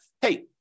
hey